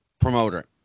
promoter